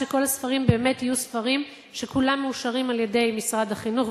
שכל הספרים באמת יהיו ספרים מאושרים על-ידי משרד החינוך,